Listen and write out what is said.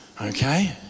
Okay